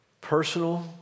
personal